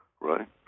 right